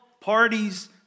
parties